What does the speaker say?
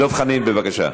דב חנין, בבקשה.